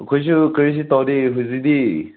ꯑꯩꯈꯣꯏꯁꯨ ꯀꯔꯤꯁꯨ ꯇꯧꯗꯦ ꯍꯧꯖꯤꯛꯇꯤ